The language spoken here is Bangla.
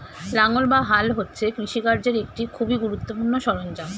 লাঙ্গল বা হাল হচ্ছে কৃষিকার্যের একটি খুবই গুরুত্বপূর্ণ সরঞ্জাম